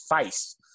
face